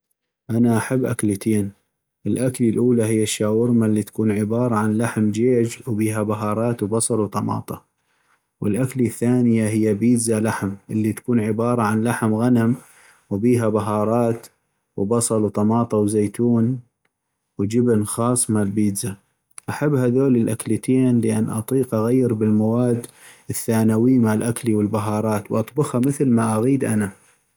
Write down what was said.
انا احب اكلتين ، الاكلي الاولى هي الشاورما ، اللي تكون عبارة عن لحم جيج وبيها بهارات وبصل وطماطا ، والاكلي الثانية هي بيتزا لحم ، اللي تكون عبارة لحم غنم وبيها بهارات وبصل وطماطا وزيتون وجبن خاص مال بيتزا ، احب هذول الاكلتين لأن اطيق اغير بالمواد الثانويي مال أكلي والبهارات واطبخا مثل ما اغيد انا.